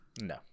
No